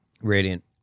Radiant